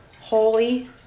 holy